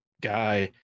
guy